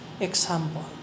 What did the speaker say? example